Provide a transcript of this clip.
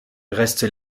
reste